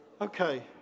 Okay